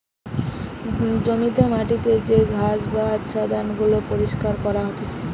জমিতে মাটিতে যে ঘাস বা আচ্ছাদন গুলাকে পরিষ্কার করতিছে